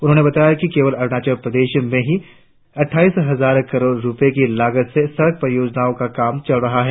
उन्होंने बताया कि केवल अरुणाचल प्रदेश में ही अटठाईस हजार करोड़ रुपये की लागत से सड़क परियोजनाओं का काम चल रहा है